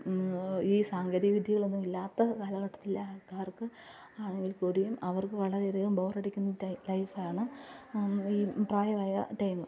ഈ സാങ്കേതികവിദ്യകളൊന്നും ഇല്ലാത്ത കാലഘട്ടത്തിലെ ആള്ക്കാര്ക്ക് ആണെങ്കില്ക്കൂടിയും അവര്ക്ക് വളരെയധികം ബോറടിക്കുന്ന ലൈഫാണ് ഈ പ്രായമായ ടൈം